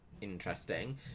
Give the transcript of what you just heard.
interesting